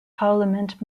parliament